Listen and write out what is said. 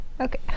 Okay